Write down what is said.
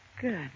Good